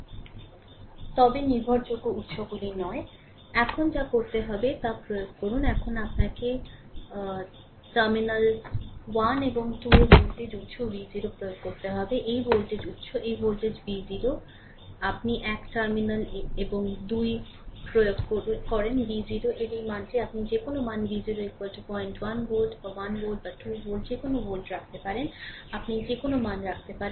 এখন এখন যা করতে হবে তা প্রয়োগ করুন এখন আপনাকে টার্মিনাল 1 এবং 2 এ ভোল্টেজ উত্স V0 প্রয়োগ করতে হবে এই ভোল্টেজ উৎস এই ভোল্টেজ V0 আপনি একটি টার্মিনাল 1 এবং 2 প্রয়োগ করেন V0 এর এই মানটি আপনি যে কোনও মান V0 01 ভোল্ট বা 1 ভোল্ট বা 2 ভোল্ট কোনও ভোল্ট রাখতে পারেন আপনি যে কোনও মান রাখেন